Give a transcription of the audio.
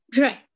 Right